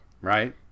Right